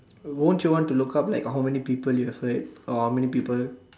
won't you want to look up like how many people you have hurt or how many people